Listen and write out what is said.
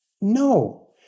No